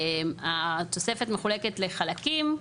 התוספת מחולקת לחלקים,